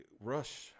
rush